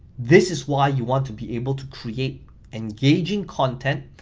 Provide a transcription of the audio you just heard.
this is why you want to be able to create engaging content.